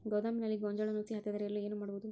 ಗೋದಾಮಿನಲ್ಲಿ ಗೋಂಜಾಳ ನುಸಿ ಹತ್ತದೇ ಇರಲು ಏನು ಮಾಡುವುದು?